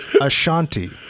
Ashanti